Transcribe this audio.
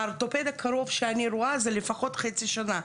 האורתופד הקרוב שאני אראה זה לפחות לעוד חצי שנה.